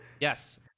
Yes